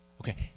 Okay